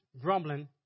grumbling